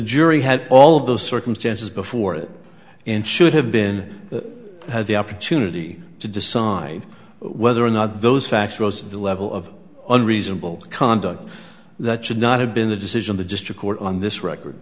jury had all of the circumstances before it and should have been had the opportunity to decide whether or not those facts rose of the level of unreasonable conduct that should not have been the decision the district court on this record